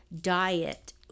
diet